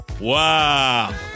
Wow